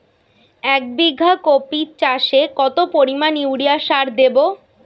এক বিঘা কপি চাষে কত পরিমাণ ইউরিয়া সার দেবো?